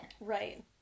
right